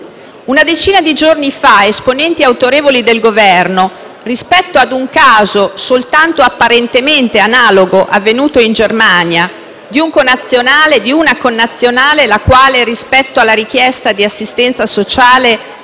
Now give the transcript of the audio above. Una decina di giorni fa esponenti autorevoli del Governo rispetto ad un caso, soltanto apparentemente analogo, avvenuto in Germania, di una connazionale che rispetto alla richiesta di assistenza sociale